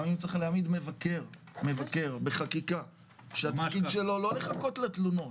גם אם צריך להעמיד מבקר בחקיקה שהתפקיד שלו לא לחכות לתלונות,